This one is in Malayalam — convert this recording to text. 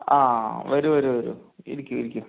ആ വരൂ വരൂ വരൂ ഇരിക്കൂ ഇരിക്കൂ